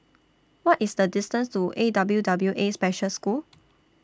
What IS The distance to A W W A Special School